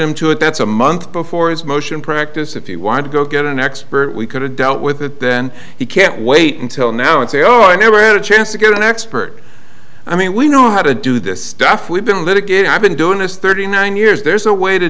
and that's a month before his motion practice if he wanted to go get an expert we could have dealt with it then he can't wait until now and say oh i never had a chance to get an expert i mean we know how to do this stuff we've been litigate i've been doing this thirty nine years there's a way to